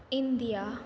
India